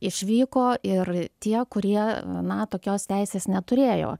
išvyko ir tie kurie na tokios teisės neturėjo